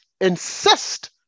insist